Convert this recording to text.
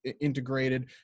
integrated